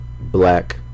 black